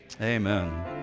amen